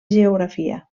geografia